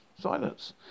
Silence